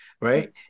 right